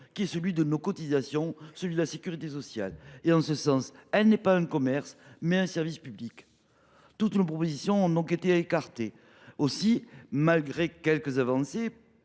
qui est celui de nos cotisations, celui de la sécurité sociale. En ce sens, la médecine est non pas un commerce, mais un service public. Toutes nos propositions ont été écartées. Aussi, malgré quelques avancées